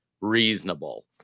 reasonable